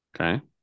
Okay